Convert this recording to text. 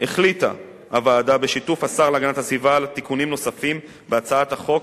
החליטה הוועדה בשיתוף השר להגנת הסביבה על תיקונים נוספים בהצעת החוק,